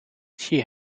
she